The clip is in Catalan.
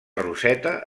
roseta